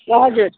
हजुर